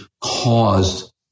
caused